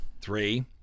Three